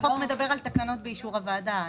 החוק מדבר על תקנות באישור הוועדה,